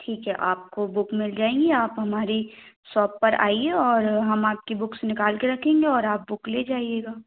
ठीक है आपको बुक मिल जाएंगी आप हमारी सॉप पर आइए और हम आपकी बुक्स निकाल के रखेंगे और आप बुक ले जाइएगा